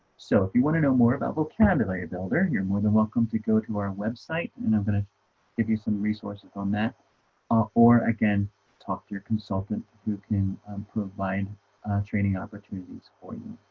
so if you want to know more about vocabulary builder, you're more than welcome to go to our website and i'm going to give you some resources on that ah or again talk to your consultant who can um provide training opportunities for you